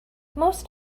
most